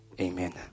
Amen